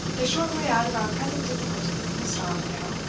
the short way out of our present difficulty, mr. armadale,